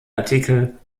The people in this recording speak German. artikel